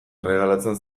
erregalatzen